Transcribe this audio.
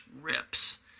rips